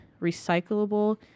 recyclable